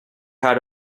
had